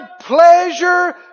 pleasure